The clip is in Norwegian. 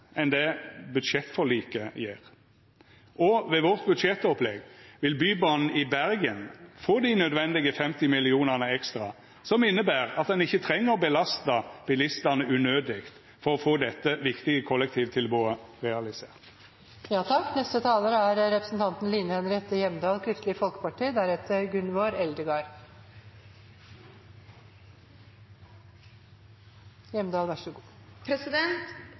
enn det budsjettforliket gjev. Og med vårt budsjettopplegg vil Bybanen i Bergen få dei nødvendige 50 mill. kr ekstra, som inneber at ein ikkje treng å belasta bilistane unødig for å få dette viktige kollektivtilbodet realisert. Kristelig Folkeparti satser på de innovative, kreative bøndene som vil satse. Da er